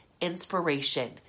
inspiration